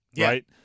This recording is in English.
right